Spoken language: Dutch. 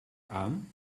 aan